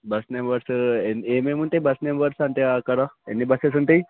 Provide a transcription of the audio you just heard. bus numbers ఏమేమి ఉంటాయి bus numbers అంటే అక్కడ ఎన్ని బస్సెస్ ఉంటాయి